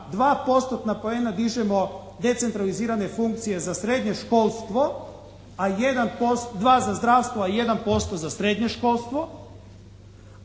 poena dižemo decentralizirane funkcije za srednje školstvo, a 1%, 2 za zdravstvo, a 1% za srednje školstvo.